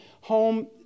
home